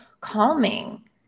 calming